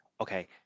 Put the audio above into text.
Okay